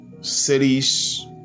cities